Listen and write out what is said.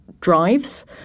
drives